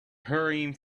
hurrying